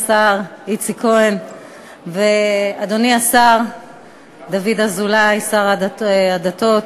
איציק כהן ואדוני השר דוד אזולאי, שר הדתות,